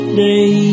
day